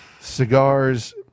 Cigars